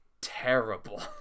terrible